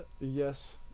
yes